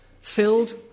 filled